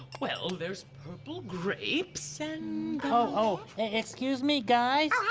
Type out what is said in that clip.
well, there's purple grapes and oh, oh, excuse me, guys. oh,